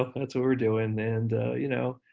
ah that's what we're doing. and you know,